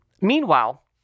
meanwhile